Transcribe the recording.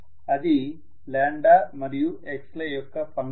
అది మరియు x ల యొక్క ఫంక్షన్